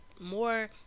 more